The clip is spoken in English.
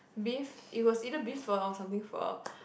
beef it was either beef pho or something pho